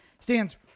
stands